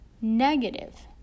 Negative